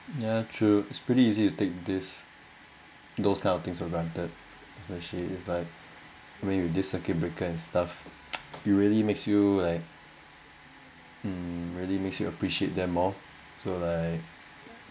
ya true it's pretty easy to take this those kind of things for granted especially if like when the circuit breaker and stuff you really makes you like um really makes you appreciate them oh so like